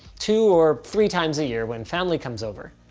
two or three times a year when family comes over.